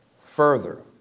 further